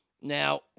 Now